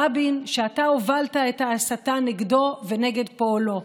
רבין, שאתה הובלת את ההסתה נגדו ונגד פועלו.